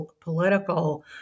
political